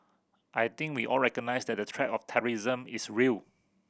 I think we all recognise that the threat of terrorism is real